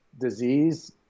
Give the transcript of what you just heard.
disease